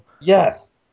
Yes